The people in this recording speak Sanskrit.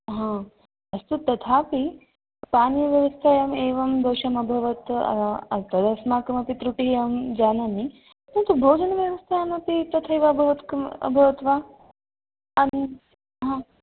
हा अस्तु तथापि पानीयव्यवस्थायाम् एवं दोषं अभवत् तदस्माकमपि तृटिः अहं जानामि तद् भोजनव्यवस्थायामपि तथैव अभवत् क अभवत् वा हा